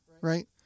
right